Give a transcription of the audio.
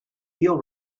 deal